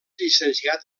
llicenciat